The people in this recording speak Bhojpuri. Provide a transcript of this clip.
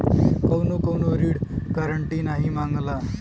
कउनो कउनो ऋण गारन्टी नाही मांगला